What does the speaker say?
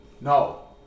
no